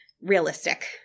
realistic